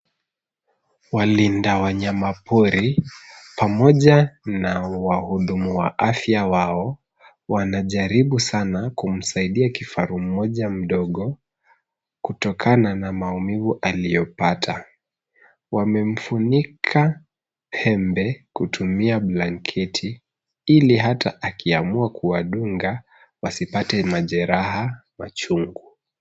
Walinda wanyamapori pamoja na wahudumu wa afya wao wanajaribu sana kumsaidia kifaru mmoja mdogo kutokana na maumivu aliyopata. Wamemfunika pembe kutumia blanketi ili hata akiamua kuwadunga wasipate majeraha machungu.